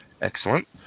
Excellent